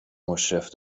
مشرف